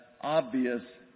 obvious